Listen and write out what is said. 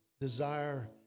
desire